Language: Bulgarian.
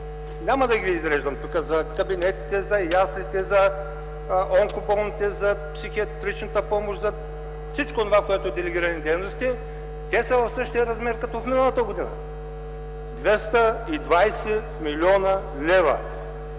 няма да ги изреждам тук – за кабинетите, за яслите, за онкоболните, за психиатричната помощ, за всичко онова, което са делегираните дейности. Те са в същия размер като миналата година – 220 млн. лв.